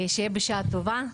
שיהיה בשעה טובה.